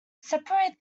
separate